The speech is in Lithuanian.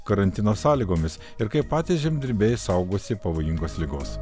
karantino sąlygomis ir kaip patys žemdirbiai saugosi pavojingos ligos